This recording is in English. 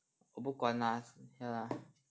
我不管 lah ya lah